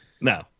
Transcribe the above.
No